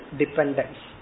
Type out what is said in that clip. dependence